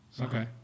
Okay